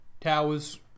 towers